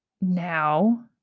now